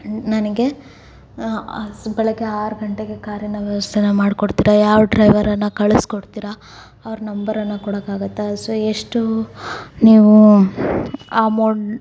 ನನಗೆ ಬೆಳಗ್ಗೆ ಆರು ಗಂಟೆಗೆ ಕಾರಿನ ವ್ಯವಸ್ಥೆನ ಮಾಡ್ಕೊಡ್ತೀರಾ ಯಾವ ಡ್ರೈವರನ್ನು ಕಳಿಸ್ಕೊಡ್ತೀರಾ ಅವರ ನಂಬರನ್ನು ಕೊಡೋಕ್ಕಾಗತ್ತಾ ಸೊ ಎಷ್ಟು ನೀವು ಅಮೋನ್